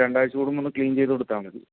രണ്ട് ആഴ്ച കൂടുമ്പോൾ ഒന്ന് ക്ലീൻ ചെയ്ത് കൊടുത്താൽ മതി